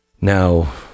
now